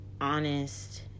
honest